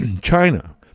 China